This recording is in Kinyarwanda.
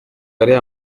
ariya